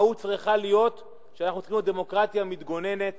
המהות צריכה להיות שאנחנו צריכים להיות דמוקרטיה מתגוננת